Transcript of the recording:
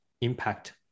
impact